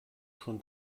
schon